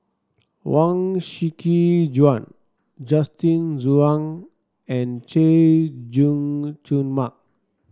Huang Shiqi Joan Justin Zhuang and Chay Jung Jun Mark